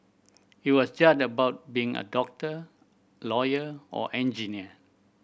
it was just about being a doctor lawyer or engineer